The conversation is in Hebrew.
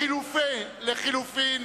לחלופין,